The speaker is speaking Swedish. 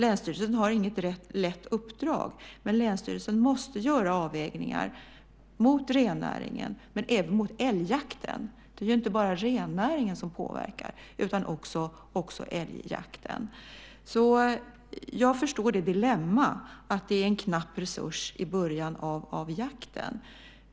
Länsstyrelsen har inget lätt uppdrag, men den måste göra avvägningar mot rennäringen och även mot älgjakten. Det är ju inte bara rennäringen som påverkar utan också älgjakten. Jag förstår dilemmat. Det är en knapp resurs i början av jakten.